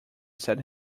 sat